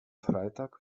freitag